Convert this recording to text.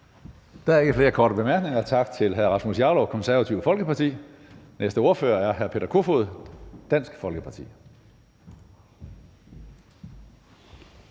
Der er ikke flere korte bemærkninger. Tak til hr. Rasmus Jarlov, Det Konservative Folkeparti. Næste ordfører er hr. Peter Kofod, Dansk Folkeparti.